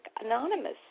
Anonymous